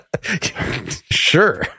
Sure